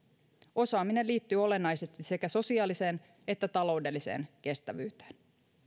osaaminen liittyy olennaisesti sekä sosiaaliseen että taloudelliseen kestävyyteen